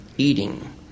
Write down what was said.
Eating